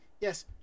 Yes